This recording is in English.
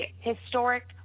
historic